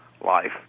life